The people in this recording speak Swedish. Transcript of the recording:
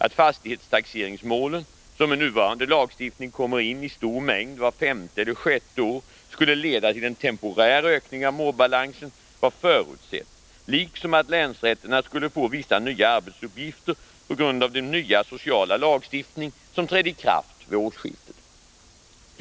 Att fastighetstaxeringsmålen, som med nuvarande lagstiftning kommer in i stor mängd vart femte eller sjätte år, skulle leda till en temporär ökning av målbalansen var förutsett liksom att länsrätterna skulle få vissa nya arbetsuppgifter på grund av den nya sociala lagstiftning som trädde i kraft vid årsskiftet.